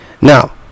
now